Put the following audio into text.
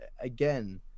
again